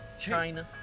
China